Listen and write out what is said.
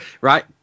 right